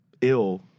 ill